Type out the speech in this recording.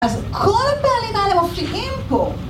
‫אז כל הפעלים האלה מופיעים פה.